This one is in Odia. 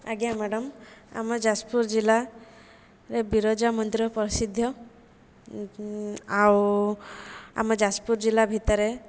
ଆଜ୍ଞା ମ୍ୟାଡ଼ାମ ଆମ ଯାଜପୁର ଜିଲ୍ଲାରେ ବିରଜା ମନ୍ଦିର ପ୍ରସିଦ୍ଧ ଆଉ ଆମ ଯାଜପୁର ଜିଲ୍ଲା ଭିତରେ